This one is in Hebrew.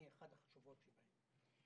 היא אחת החשובות בהן,